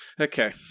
Okay